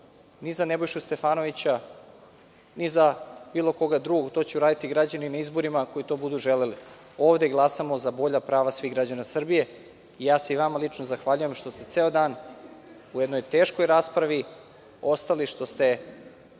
ni za Nebojšu Stefanovića, ni za bilo koga drugog. To će uraditi građani na izborima koji to budu želeli. Ovde glasamo za bolja prava svih građana Srbije. Ja se i vama lično zahvaljujem što ste ceo dan u jednoj teškoj raspravi ostali, što ste,